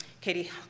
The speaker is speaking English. Katie